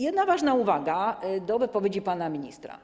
Jedna ważna uwaga do wypowiedzi pana ministra.